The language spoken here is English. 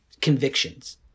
convictions